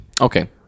okay